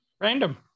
Random